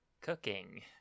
cooking